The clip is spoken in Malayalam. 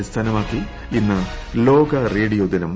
അടിസ്ഥാനമാക്കി ഇന്ന് ലോക റേഡിയോ ദിനം